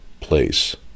place